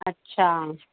अच्छा